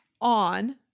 on